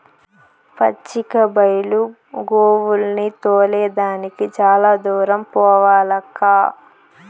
పచ్చిక బైలు గోవుల్ని తోలే దానికి చాలా దూరం పోవాలక్కా